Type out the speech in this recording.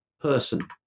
person